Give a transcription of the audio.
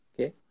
Okay